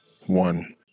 one